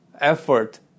effort